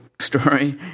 story